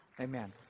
Amen